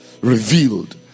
revealed